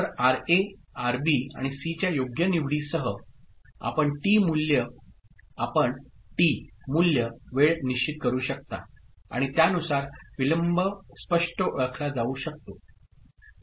तर R A R B आणि C च्या योग्य निवडीसह आपण टी मूल्य वेळ निश्चित करू शकता आणि त्यानुसार विलंब स्पष्ट ओळखला जाऊ शकतो